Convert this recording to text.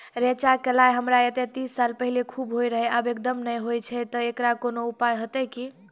रेचा, कलाय हमरा येते तीस साल पहले खूब होय रहें, अब एकदम नैय होय छैय तऽ एकरऽ कोनो उपाय हेते कि?